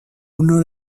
uno